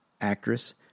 actress